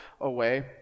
away